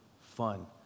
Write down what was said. fun